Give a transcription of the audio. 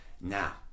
Now